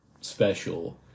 special